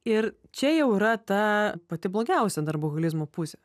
ir čia jau yra ta pati blogiausia darboholizmo pusė